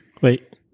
Wait